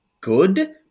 good